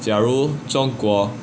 假如中国